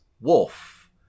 Wolf